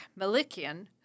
Malikian